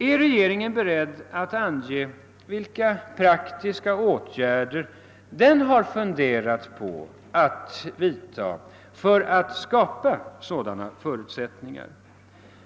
Är regeringen beredd att ange vilka praktiska åtgärder den har funderat på att vidtaga för att skapa sådana förutsättningar?